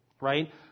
right